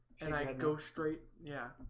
and i can go straight. yeah